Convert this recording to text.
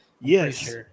Yes